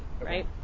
right